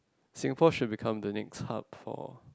Singapore should become the next hub for